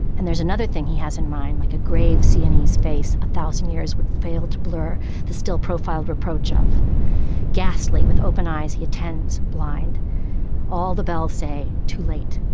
and there's another thing he has in mind like a grave seeing his face a thousand years would fail to blur his still profiled reproach of ghastly with open eyes he attends blind all the bells say too late.